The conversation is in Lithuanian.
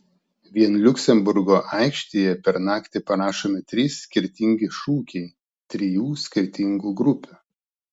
vien liuksemburgo aikštėje per naktį parašomi trys skirtingi šūkiai trijų skirtingų grupių